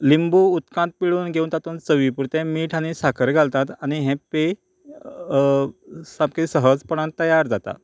लिंबू उदकांत पिळून घेवन तातूंत चवी पुरतें मीठ आनी साखर घालतात आनी हें पेय सामकें सहजपणान तयार जाता